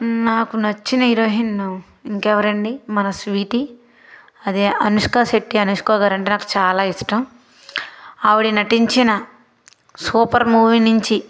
నాకు నచ్చిన హీరోహిన్ను ఇంక ఎవరండీ మన స్వీటీ అదే అనుష్క శెట్టి అనుష్క గారంటే నాకు చాలా ఇష్టం ఆవిడి నటించిన సూపర్ మూవీ నుంచి